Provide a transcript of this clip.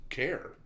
care